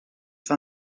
van